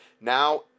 Now